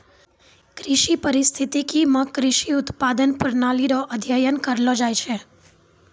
कृषि परिस्थितिकी मे कृषि उत्पादन प्रणाली रो अध्ययन करलो जाय छै